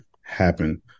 happen